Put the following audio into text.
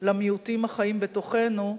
למיעוטים החיים בתוכנו,